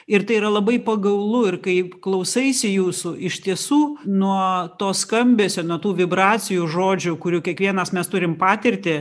ir tai yra labai pagaulu ir kai klausaisi jūsų iš tiesų nuo to skambesio nuo tų vibracijų žodžių kurių kiekvienas mes turim patirtį